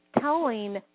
telling